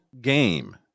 game